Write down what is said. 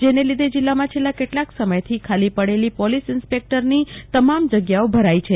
જેને લીધે જિલ્લામાં છેલ્લા કેટલાક સમયથી ખાલી પડેલી પોલીસ ઈન્સ્પેક્ટરની તમામ જગ્યાઓ ભરાઈ છે